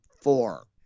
four